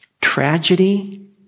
tragedy